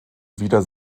wieder